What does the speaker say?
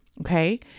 okay